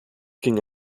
ging